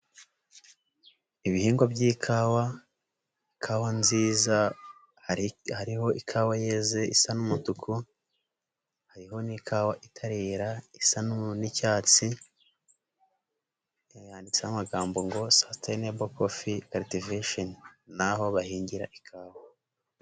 Ibihingwa by'ikawa, kawa nziza hariho ikawa yeze isa n'umutuku, hariho n'ikawa itarera isa n'icyatsi, handitseho amagambo ngo ''sustainable coffe cultivation'' ni aho bahingira ikawa.